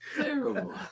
Terrible